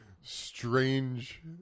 strange